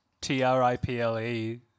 T-R-I-P-L-E